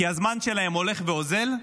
כי הזמן שלהם הולך ואוזל,